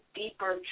deeper